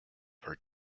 her